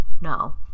no